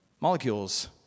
molecules